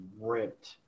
ripped